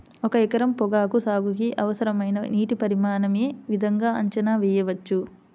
ఒక ఎకరం పొగాకు సాగుకి అవసరమైన నీటి పరిమాణం యే విధంగా అంచనా వేయవచ్చు?